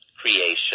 creation